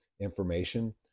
information